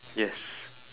yes